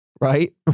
right